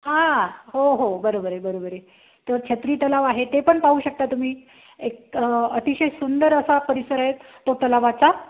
हां हो हो बरोबर आहे बरोबर आहे तर छत्री तलाव आहे ते पण पाहू शकता तुम्ही एक अतिशय सुंदर असा परिसर आहे तो तलावाचा